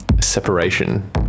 separation